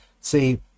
See